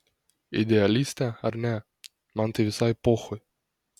idealistė ar ne man tai visai pochui